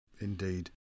Indeed